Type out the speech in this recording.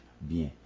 bien